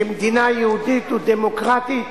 כמדינה יהודית ודמוקרטית,